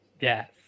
Yes